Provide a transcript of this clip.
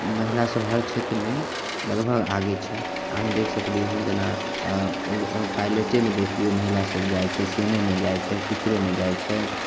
महिला सब हर छेत्रमे लगभग आगे छै अहाँ देखि सकलिऐ जेना पायलेटेमे देखि लिऔ महिला सब जाइत छै सेनोमे जाइत छै टीचरोमे जाइत छै